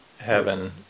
heaven